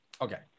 okay